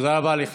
תודה רבה לך.